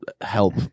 help